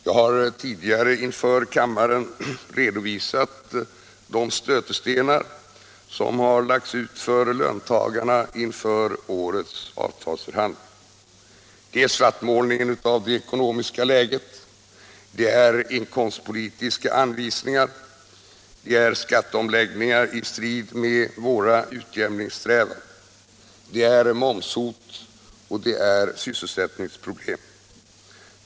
Jag har tidigare inför kammaren redovisat de stötestenar regeringen lagt ut för löntagarna inför årets avtalsförhandlingar: Svartmålning av det ekonomiska läget, inkomstpolitiska anvisningar, skatteomläggning i strid med våra utjämningssträvanden, moms-hot och sysselsättningsproblem.